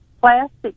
plastic